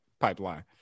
pipeline